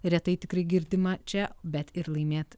retai tikrai girdimą čia bet ir laimėt